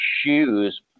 shoes